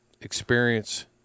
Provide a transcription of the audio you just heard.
experience